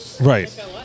Right